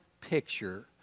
picture